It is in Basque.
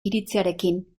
iritziarekin